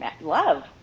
love